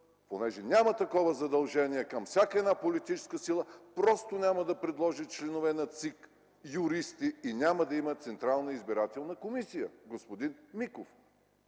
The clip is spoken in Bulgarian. сила няма задължение към всяка една политическа сила, просто няма да предложи членове на ЦИК – юристи и няма да има Централна избирателна комисия, господин Миков!